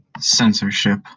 Censorship